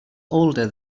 older